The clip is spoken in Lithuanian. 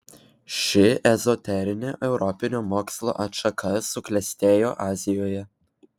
ši ezoterinė europinio mokslo atšaka suklestėjo azijoje